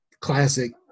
classic